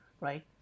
right